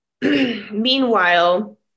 Meanwhile